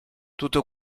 tutto